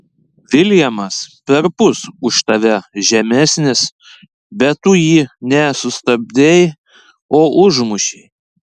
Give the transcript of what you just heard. viljamas perpus už tave žemesnis bet tu jį ne sustabdei o užmušei